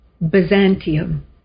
Byzantium